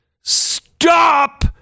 stop